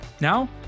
Now